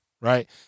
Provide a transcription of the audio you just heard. right